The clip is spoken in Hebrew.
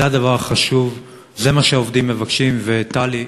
זה הדבר החשוב, זה מה שהעובדים מבקשים, וטלי,